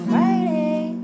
Friday